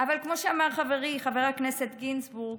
אבל כמו שאמר חברי חבר הכנסת גינזבורג,